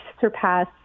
surpass